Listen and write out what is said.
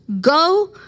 go